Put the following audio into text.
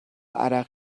عرق